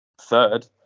third